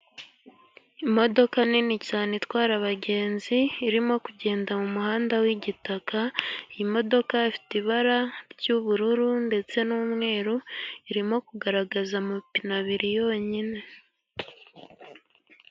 Imodoka nini cyane itwara abagenzi irimo kugenda mu muhanda w'igitaka, imodoka ifite ibara ry'ubururu, ndetse n'umweru irimo kugaragaza amapine abiri yonyine.